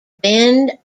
bend